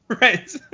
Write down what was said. Right